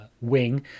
wing